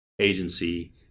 agency